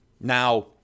Now